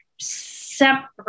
separate